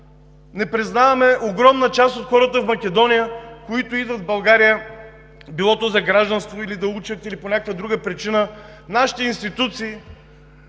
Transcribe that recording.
не признаваме огромна част от хората в Македония, които идват в България – било то за гражданство, или да учат, или по някаква друга причина, нашите институции